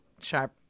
sharp